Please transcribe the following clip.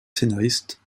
scénariste